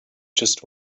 just